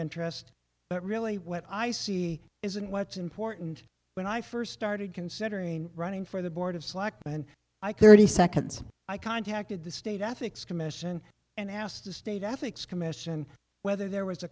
interest but really what i see is and what's important when i first started considering running for the board of selectmen i carried the seconds i contacted the state ethics commission and asked the state ethics commission whether there was a